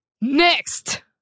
NEXT